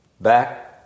back